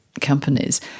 companies